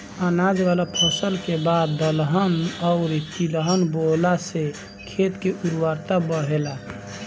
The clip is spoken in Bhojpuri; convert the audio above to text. अनाज वाला फसल के बाद दलहन अउरी तिलहन बोअला से खेत के उर्वरता बढ़ेला